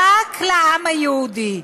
רק לעם היהודי.